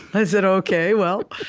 i said, ok, well,